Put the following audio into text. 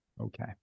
okay